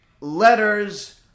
letters